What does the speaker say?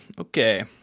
okay